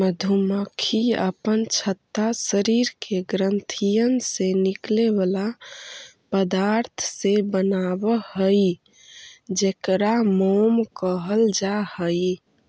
मधुमक्खी अपन छत्ता शरीर के ग्रंथियन से निकले बला पदार्थ से बनाब हई जेकरा मोम कहल जा हई